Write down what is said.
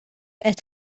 qed